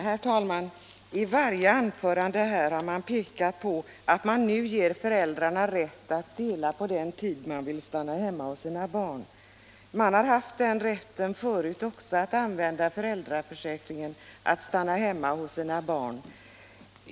Herr talman! I en rad anföranden har man pekat på att man nu ger = Föräldraförsäkringföräldrarna rätt att dela på den tid de vill stanna hemma hos sina barn. — en, m.m. De har haft den rätten förut också, att använda föräldraförsäkringen till att stanna hemma hos sina barn.